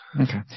Okay